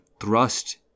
thrust